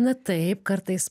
na taip kartais